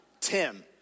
Tim